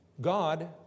God